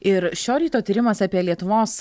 ir šio ryto tyrimas apie lietuvos